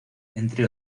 entre